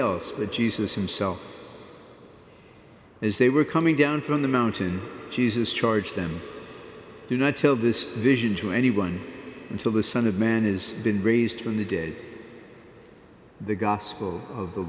but jesus himself as they were coming down from the mountain jesus charge them do not tell this vision to anyone until the son of man is been raised from the dead the gospel of the